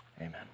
Amen